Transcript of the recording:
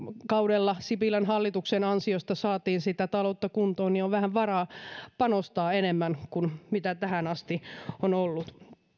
kaudella sipilän hallituksen ansiosta saatiin sitä taloutta kuntoon niin on varaa panostaa vähän enemmän kuin tähän asti on ollut